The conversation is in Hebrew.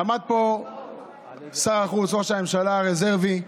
עמד פה שר החוץ, ראש הממשלה הרזרבי,